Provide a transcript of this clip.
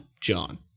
John